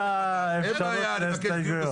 את האפשרות להסתייגויות.